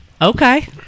Okay